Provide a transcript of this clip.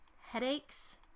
headaches